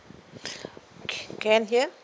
can hear